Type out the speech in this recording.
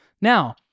Now